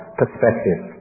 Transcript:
perspective